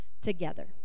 together